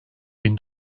bin